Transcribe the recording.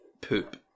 poop